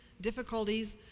difficulties